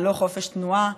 ללא חופש תנועה,